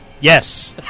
Yes